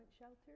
shelter